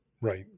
Right